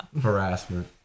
Harassment